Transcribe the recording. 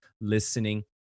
listening